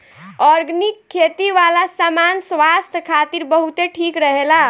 organic खेती वाला सामान स्वास्थ्य खातिर बहुते ठीक रहेला